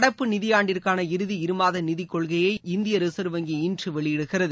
நடப்பு நிதியாண்டிற்கான இறுதி இருமாத நிதிக் கொள்கையை இந்திய ரிசர்வ் வங்கி இன்று வெளியிடுகிறது